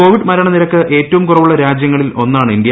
Covid മരണനിരക്ക് ഏറ്റവും കുറവുള്ള രാജ്യങ്ങളിൽ ഒന്നാണ് ഇന്ത്യ